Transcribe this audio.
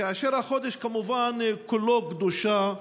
כמובן, החודש כולו קדושה,